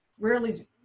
Rarely